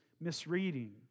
misreading